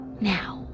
now